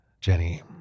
Jenny